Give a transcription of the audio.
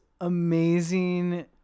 amazing